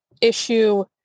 issue